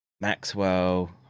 Maxwell